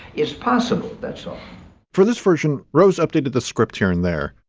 it's possible. that's all for this version rose updated the script here and there.